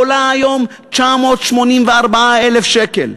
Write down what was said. עולה היום 984,000 שקל.